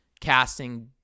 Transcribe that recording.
casting